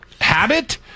habit